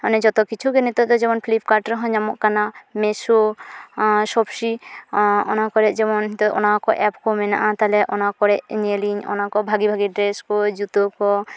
ᱡᱚᱛᱚ ᱠᱤᱪᱷᱩᱜᱮ ᱱᱤᱛᱚᱜᱫᱚ ᱡᱮᱢᱚᱱ ᱯᱷᱞᱤᱯᱠᱟᱴᱨᱮ ᱧᱟᱢᱚᱜ ᱠᱟᱱᱟ ᱢᱮᱥᱳ ᱥᱚᱯᱥᱤ ᱚᱱᱟ ᱠᱚᱨᱮ ᱡᱮᱢᱚᱱ ᱱᱚᱣᱟᱠᱚ ᱮᱯᱠᱚ ᱢᱮᱱᱟᱜᱼᱟ ᱛᱟᱦᱚᱞᱮ ᱚᱱᱟᱠᱚ ᱧᱮᱞᱤᱧ ᱚᱱᱟᱠᱚ ᱵᱷᱟᱜᱮ ᱵᱷᱟᱜᱮ ᱰᱨᱮᱥᱠᱚ ᱡᱩᱛᱳᱠᱚ